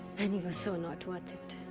and he was so not worth it.